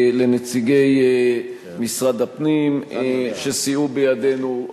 לנציגי משרד הפנים שסייעו בידנו,